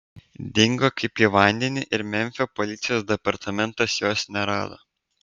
dingo kaip į vandenį ir memfio policijos departamentas jos nerado